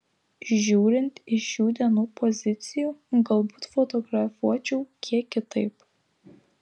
žiūrint iš šių dienų pozicijų galbūt fotografuočiau kiek kitaip